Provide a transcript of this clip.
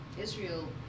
Israel